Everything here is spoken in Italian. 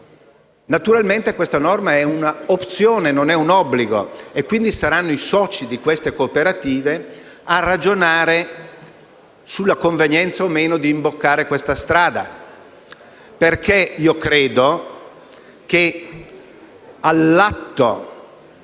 Naturalmente la norma è una opzione, non un obbligo, e quindi saranno i soci di queste cooperative a ragionare sulla convenienza o no di imboccare questa strada. Infatti, credo che all'atto